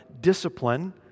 discipline